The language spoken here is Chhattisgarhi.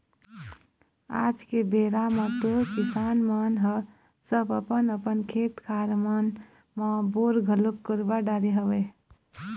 आज के बेरा म तो किसान मन ह सब अपन अपन खेत खार मन म बोर घलोक करवा डरे हवय